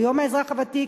או יום האזרח הוותיק,